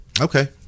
Okay